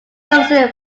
sufficient